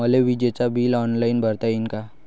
मले विजेच bill online भरता येईन का?